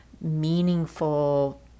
meaningful